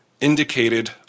indicated